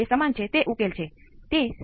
RC C1 સમય સાથેનું વિકલન Vc Vs RC1